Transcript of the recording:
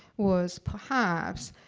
was perhaps,